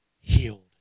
healed